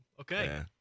Okay